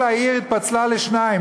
כל העיר התפצלה לשניים,